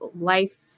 life